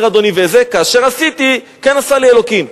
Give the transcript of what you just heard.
אומר אדוני בזק: כאשר עשיתי, כן עשה לי אלוקים.